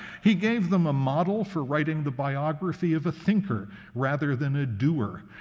he gave them a model for writing the biography of a thinker rather than a doer,